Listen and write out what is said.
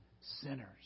sinners